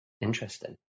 Interesting